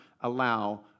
allow